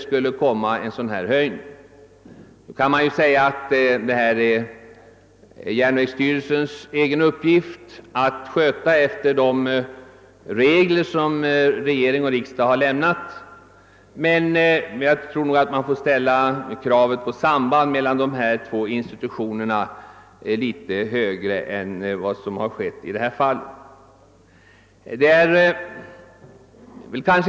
Nu kan det sägas att järnvägsstyrelsen har till uppgift att sköta sin verksamhet enligt de regler som regering och riksdag har fastställt, men jag anser att kravet på samband mellan regering och järnvägsstyrelse borde sättas litet högre än som har skett i detta fall.